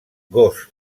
gos